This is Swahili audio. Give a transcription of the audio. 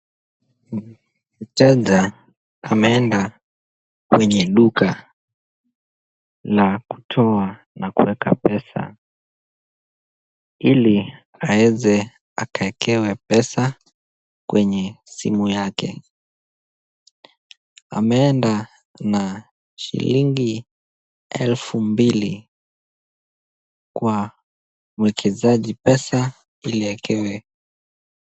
Mteja ameenda kwenye duka la Kutoa na kuweka pesa. Ili aweze akaekewe pesa. Kwenye simu yake. Amenda na shilingi elfu mbili. Kwa mwekezaji pesa, iliekewe.